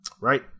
right